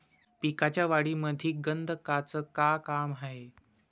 पिकाच्या वाढीमंदी गंधकाचं का काम हाये?